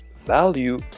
value